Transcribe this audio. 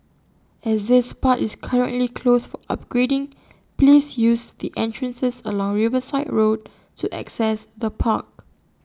as this part is currently closed for upgrading please use the entrances along Riverside road to access the park